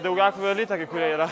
daugiakovių elite kai kurie yra